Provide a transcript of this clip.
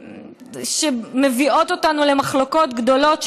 שמביאות אותנו למחלוקות גדולות,